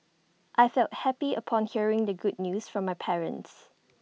I felt happy upon hearing the good news from my parents